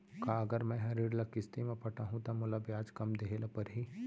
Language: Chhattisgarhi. का अगर मैं हा ऋण ल किस्ती म पटाहूँ त मोला ब्याज कम देहे ल परही?